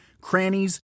crannies